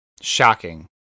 Shocking